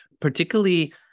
particularly